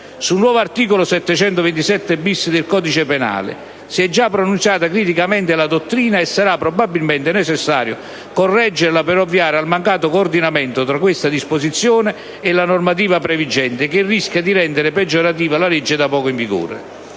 Sul nuovo articolo 727-*bis* del codice penale si è già pronunciata criticamente la dottrina e sarà probabilmente necessario correggerlo per ovviare al mancato coordinamento tra questa disposizione e la normativa previgente, che rischia di rendere peggiorativa la legge da poco in vigore.